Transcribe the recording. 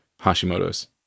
Hashimoto's